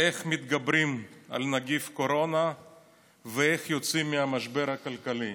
איך מתגברים על נגיף הקורונה ואיך יוצאים מהמשבר הכלכלי.